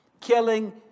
killing